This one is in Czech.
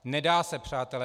Nedá se, přátelé.